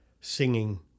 singing